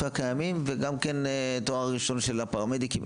הקיימים וגם לגבי תואר ראשון של הפרמדיקים.